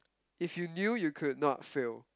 if you knew you could not fail